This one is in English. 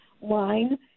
line